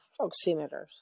oximeters